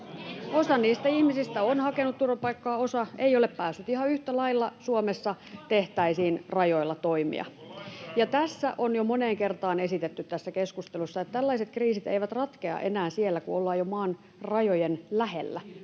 Osa niistä ihmisistä on hakenut turvapaikkaa, osa ei ole päässyt. Ihan yhtä lailla Suomessa tehtäisiin rajoilla toimia. Tässä keskustelussa on jo moneen kertaan esitetty, että tällaiset kriisit eivät ratkea enää siellä, kun ollaan jo maan rajojen lähellä.